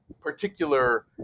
particular